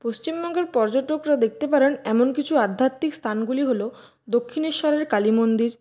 পশ্চিমবঙ্গের পর্যটকরা দেখতে পারেন এমন কিছু আধ্যাত্মিক স্থানগুলি হলো দক্ষিণেশ্বরের কালীমন্দির